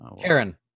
Karen